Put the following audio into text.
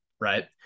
right